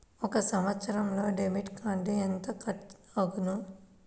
ఒక సంవత్సరంలో డెబిట్ కార్డుకు ఎంత కట్ అగును?